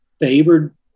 favored